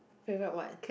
favourite what